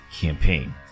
campaign